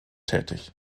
tätig